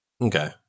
okay